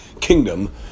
kingdom